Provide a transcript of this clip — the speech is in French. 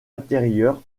intérieure